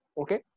Okay